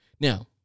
Now